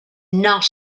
not